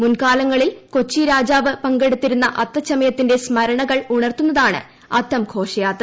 മുൻകാലങ്ങളിൽ കൊച്ചി രാജാവ് പങ്കെടുത്തിരുന്ന അത്തച്ചമയത്തിന്റെ സ്മരണകൾ ഉണർത്തുന്നതാണ് അത്തം ഘോഷയാത്ര